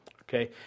Okay